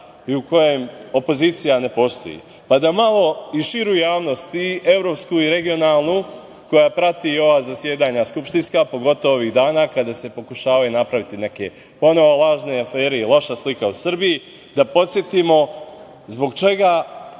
i u kojoj opozicija ne postoji. Da malo i širu javnost i evropsku i regionalnu, koja prati ova zasedanja skupštinska, pogotovo ovih dana kada se pokušavaju napraviti neke ponovo lažne afere i loša slika o Srbiji, da podsetimo zbog čega